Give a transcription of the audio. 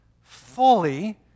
fully